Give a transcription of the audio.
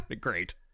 Great